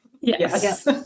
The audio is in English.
Yes